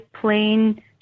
plain